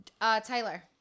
Tyler